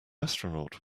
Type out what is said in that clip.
astronaut